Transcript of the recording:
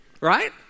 Right